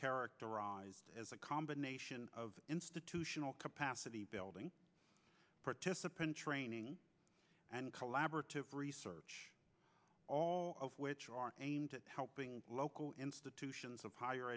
characterized as a combination of institutional capacity building participant training and collaborative research all of which are aimed at helping local institutions of higher